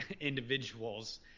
individuals